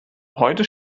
heute